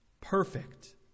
perfect